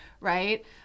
right